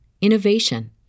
innovation